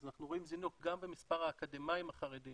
אז אנחנו רואים זינוק גם במספר האקדמאים החרדים